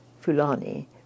Fulani